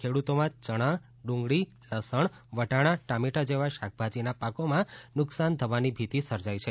ખેડૂતોમાં ચણા ડુંગળી લસણ વટાણા ટામેટા જેવા શાકભાજીના પાકોમાં નુકસાન થવાની ભીતી સર્જાઈ છે